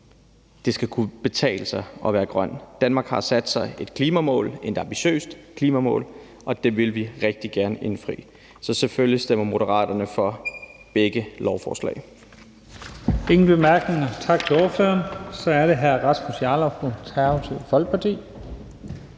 Det skal kunne betale sig at være grøn. Danmark har sat sig et klimamål, et ambitiøst klimamål, og det vil vi rigtig gerne indfri, så selvfølgelig stemmer Moderaterne for begge lovforslag. Kl. 22:32 Første næstformand (Leif Lahn Jensen): Der er ingen korte